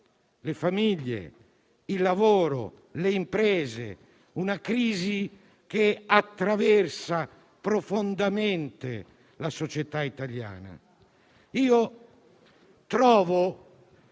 le famiglie, il lavoro e le imprese. La crisi attraversa profondamente la società italiana. Trovo